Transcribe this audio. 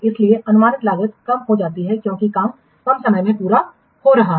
इसलिए अनुमानित लागत कम हो जाती है क्योंकि काम कम समय में पूरा हो रहा है